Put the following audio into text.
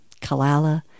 Kalala